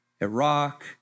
Iraq